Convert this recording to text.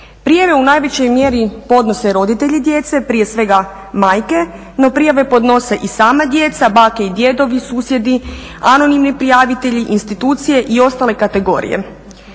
Prijave u najvećoj mjeri podnose roditelji djece, prije svega majke. No, prijave podnose i sama djeca, bake i djedovi, susjedi, anonimni prijavitelji, institucije i ostale kategorije.